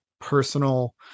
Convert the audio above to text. personal